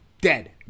dead